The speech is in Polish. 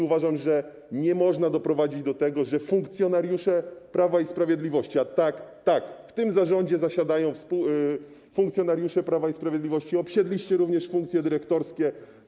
Uważam, że nie można doprowadzić do tego, że funkcjonariusze Prawa i Sprawiedliwości - a tak, w tym zarządzie zasiadają funkcjonariusze Prawa i Sprawiedliwości - obsiedli również funkcje dyrektorskie.